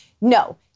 No